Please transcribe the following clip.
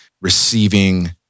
receiving